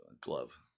glove